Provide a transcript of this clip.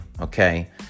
okay